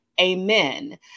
amen